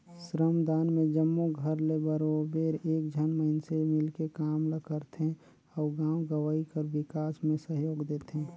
श्रमदान में जम्मो घर ले बरोबेर एक झन मइनसे मिलके काम ल करथे अउ गाँव गंवई कर बिकास में सहयोग देथे